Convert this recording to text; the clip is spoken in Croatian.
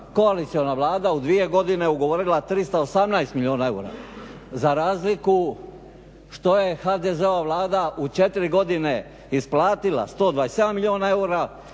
Koaliciona Vlada u 2 godine ugovorila 318 milijuna eura. Za razliku što je HDZ-ova Vlada u četiri godine isplatila 127 milijuna eura